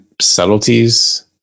subtleties